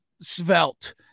svelte